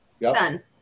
Done